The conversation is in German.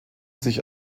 sich